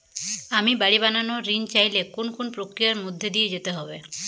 আমি বাড়ি বানানোর ঋণ চাইলে কোন কোন প্রক্রিয়ার মধ্যে দিয়ে যেতে হবে?